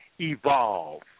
Evolve